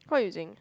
what are you using